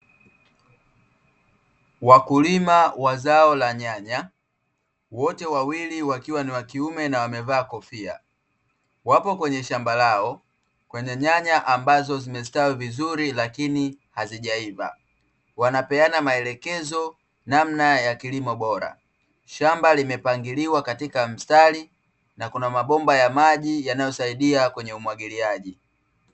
Wakulima wa zao la nyanya, wote wawili wakiwa ni wakiume na wamevaa kofia, wako kwenye shamba lao kwenye nyanya ambazo zimestawi vizuri lakini hazijaiva, wanapeana maelekezo namna ya kilimo bora. Shamba limepangiliwa katika mstari na kuna mabomba ya maji yanayosaidia kwenye umwagiliaji.